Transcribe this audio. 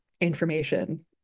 information